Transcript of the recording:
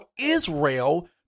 Israel